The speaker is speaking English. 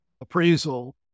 appraisal